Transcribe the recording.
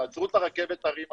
תעצרו את רכבת ההרים הזאת.